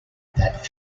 that